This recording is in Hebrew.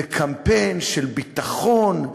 בקמפיין של ביטחון,